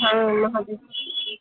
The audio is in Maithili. हँ महादेव